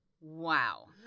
wow